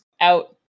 out